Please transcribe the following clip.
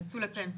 יצאו לפנסיה.